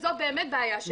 וזו באמת בעיה שלנו.